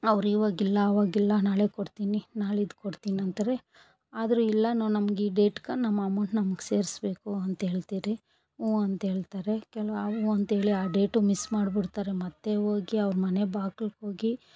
ಅವ್ರು ಇವಾಗಿಲ್ಲ ಅವಾಗಿಲ್ಲ ನಾಳೆ ಕೊಡ್ತಿನಿ ನಾಳಿದ್ದು ಕೊಡ್ತಿನಿ ಅಂತಾರೆ ಆದರು ಇಲ್ಲ ನಾವು ನಮ್ಗೆ ಈ ಡೇಟ್ಗೆ ನಮ್ಮ ಅಮೌಂಟ್ ನಮ್ಗೆ ಸೇರಿಸ್ಬೇಕು ಅಂತ ಹೇಳ್ತಿರಿ ಹ್ಞೂ ಅಂತ ಹೇಳ್ತಾರೆ ಕೆಲವು ಹ್ಞೂ ಅಂತೇಳಿ ಆ ಡೇಟು ಮಿಸ್ ಮಾಡಿಬಿಡ್ತಾರೆ ಮತ್ತು ಹೋಗಿ ಅವ್ರ ಮನೆ ಬಾಗ್ಲುಗೋಗಿ